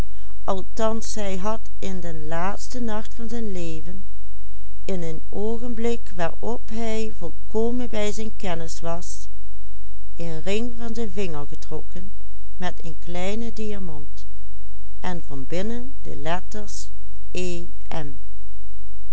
bij zijne kennis was een ring van zijn vinger getrokken met een kleinen diamant en van binnen de letters e m